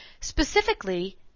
Specifically